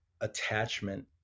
attachment